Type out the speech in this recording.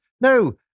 No